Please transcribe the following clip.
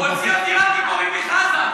הוא הוציא אותי רק כי קוראים לי חזן.